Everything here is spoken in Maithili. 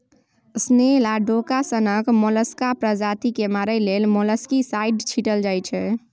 स्नेल आ डोका सनक मोलस्का प्रजाति केँ मारय लेल मोलस्कीसाइड छीटल जाइ छै